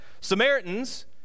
Samaritans